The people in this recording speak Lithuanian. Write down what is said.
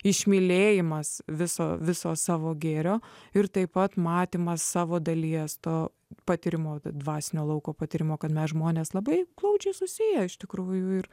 išmylėjimas viso viso savo gėrio ir taip pat matymą savo dalies to patyrimo dvasinio lauko patyrimo kad mes žmonės labai glaudžiai susiję iš tikrųjų ir